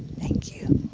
thank you.